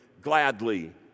gladly